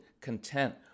content